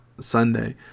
Sunday